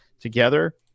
together